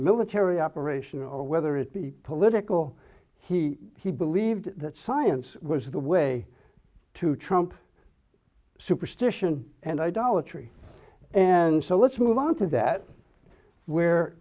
military operation or whether it be political he he believed that science was the way to trump superstition and idolatry and so let's move on to that where